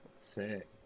sick